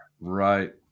Right